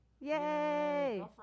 Yay